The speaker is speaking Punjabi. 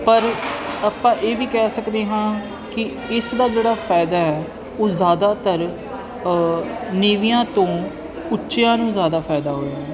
ਪਰ ਆਪਾਂ ਇਹ ਵੀ ਕਹਿ ਸਕਦੇ ਹਾਂ ਕਿ ਇਸ ਦਾ ਜਿਹੜਾ ਫਾਇਦਾ ਹੈ ਉਹ ਜ਼ਿਆਦਾਤਰ ਨੀਵਿਆਂ ਤੋਂ ਉੱਚਿਆਂ ਨੂੰ ਜ਼ਿਆਦਾ ਫਾਇਦਾ ਹੋਇਆ